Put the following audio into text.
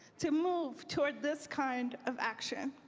to move toward this kind of action.